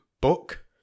book